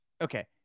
Okay